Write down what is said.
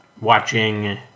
watching